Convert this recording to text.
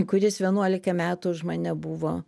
kuris vienuoliką metų už mane buvo